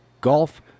golf